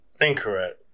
Incorrect